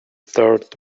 third